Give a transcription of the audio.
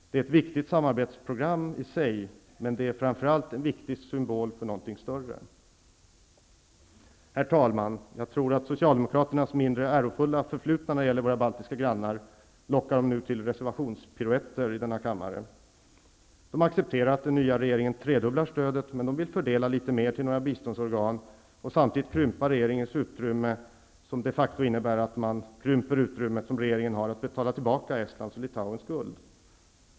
Det är ett viktigt samarbetsprogram i sig, men det är framför allt en viktig symbol för någonting större. Herr talman! Jag tror att socialdemokraternas mindre ärofulla förflutna när det gäller våra baltiska grannar nu lockar dem till reservationspiruetter i denna kammare. De accepterar att den nya regeringen tredubblar stödet, men de vill fördela litet mer till några biståndsorgan och samtidigt krympa regeringens utrymme, som de facto innebär att man krymper det utrymme som regeringen har att betala tillbaka Estlands och Litauens guld.